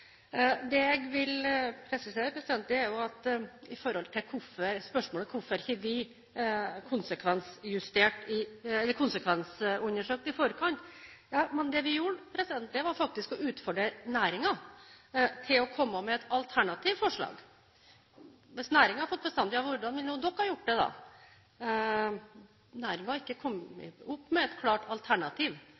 Det jeg vil presisere, gjelder spørsmålet om hvorfor vi ikke konsekvensundersøkte i forkant. Det vi gjorde, var faktisk å utfordre næringen til å komme med et alternativt forslag: Hvis næringen hadde fått bestemme, hvordan ville de ha gjort det? Næringen har ikke kommet opp med et klart alternativ,